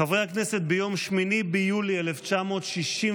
חברי הכנסת, ביום 8 ביולי 1964,